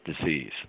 disease